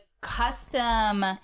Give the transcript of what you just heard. custom